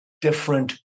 different